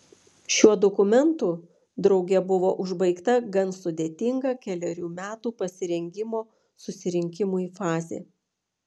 šiuo dokumentu drauge buvo užbaigta gan sudėtinga kelerių metų pasirengimo susirinkimui fazė